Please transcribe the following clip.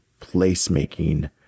placemaking